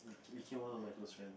became one of my close friend